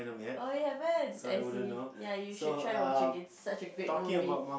oh ya haven't I see ya you should try watching it such a great movie